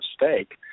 mistake